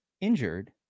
injured